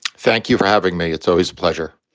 thank you for having me. it's always a pleasure.